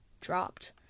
dropped